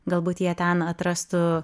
galbūt jie ten atrastų